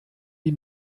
die